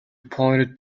pointed